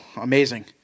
Amazing